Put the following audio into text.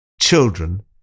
Children